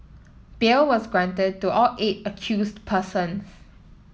bail was granted to all eight accused persons